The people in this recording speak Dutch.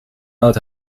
oud